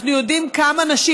אנחנו יודעים כמה נשים,